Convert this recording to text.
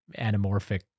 anamorphic